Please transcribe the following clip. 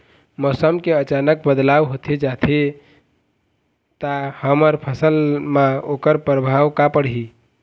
मौसम के अचानक बदलाव होथे जाथे ता हमर फसल मा ओकर परभाव का पढ़ी?